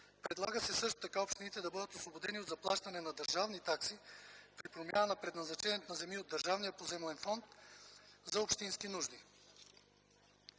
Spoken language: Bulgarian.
Предлага се също така общините да бъдат освободени от заплащане на държавни такси при промяна на предназначението на земи от Държавния поземлен фонд за общински нужди.